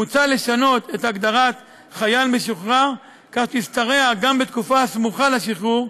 מוצע לשנות את הגדרת חייל משוחרר כך שתשתרע גם בתקופה הסמוכה לשחרור.